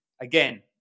Again